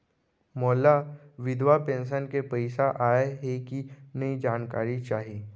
मोला विधवा पेंशन के पइसा आय हे कि नई जानकारी चाही?